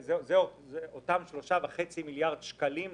שאלה אותם שלושה וחצי מיליארד שקלים לשוטף.